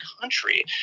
country